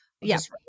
Yes